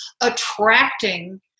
attracting